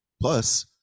Plus